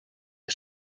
der